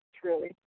truly